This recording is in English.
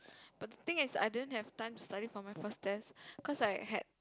but the thing is I don't have the time to study for my first test because I had